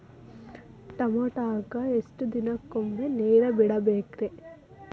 ಟಮೋಟಾಕ ಎಷ್ಟು ದಿನಕ್ಕೊಮ್ಮೆ ನೇರ ಬಿಡಬೇಕ್ರೇ?